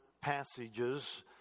passages